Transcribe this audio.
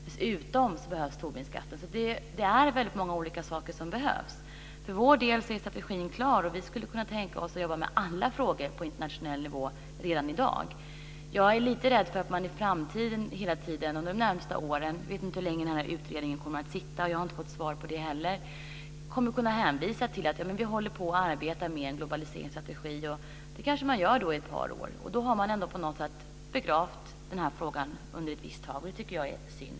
Dessutom behövs Tobinskatten. Det är alltså väldigt många olika saker som behövs. För vår del är strategin klar. Vi skulle kunna tänka oss att redan i dag jobba med alla frågor på internationell nivå. Jag är dock lite rädd för att man under de närmaste åren - jag vet inte hur länge utredningen kommer att sitta; jag har inte fått svar där heller - hela tiden kommer att kunna hänvisa till att man arbetar med en globaliseringsstrategi. Det gör man kanske i ett par år men då har man på något sätt begravt frågan en viss tid, och det tycker jag är synd.